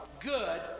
good